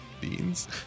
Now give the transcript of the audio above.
Beans